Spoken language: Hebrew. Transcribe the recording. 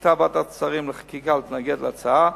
החליטה ועדת השרים לחקיקה להתנגד להצעה,